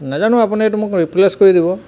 নাজানো আপুনি এইটো মোক ৰিপ্লে'চ কৰি দিব